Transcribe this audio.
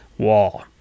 wall